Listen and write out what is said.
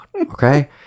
okay